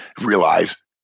realize